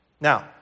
Now